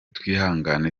twihangane